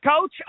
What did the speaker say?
Coach